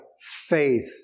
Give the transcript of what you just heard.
faith